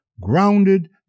grounded